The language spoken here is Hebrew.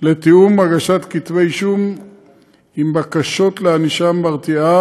לתיאום הגשת כתבי אישום עם בקשות לענישה מרתיעה,